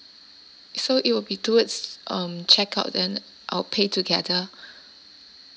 so it will be towards um check out then I'll pay together